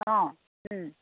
অঁ